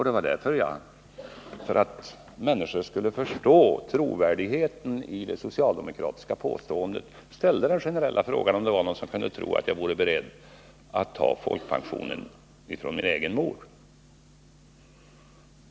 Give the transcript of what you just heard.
Det var för att människor skulle förstå hur mycket det var bevänt med trovärdigheten i det socialdemokratiska påståendet som jag ställde den frågan, om det var någon som kunde tro att jag var beredd att ta folkpensionen från min egen mor.